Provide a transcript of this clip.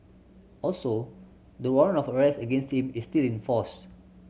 also the warrant of arrest against him is still in force